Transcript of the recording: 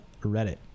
Reddit